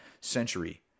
century